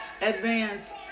advance